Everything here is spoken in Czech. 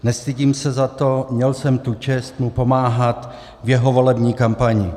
Nestydím se za to, měl jsem tu čest mu pomáhat v jeho volební kampani.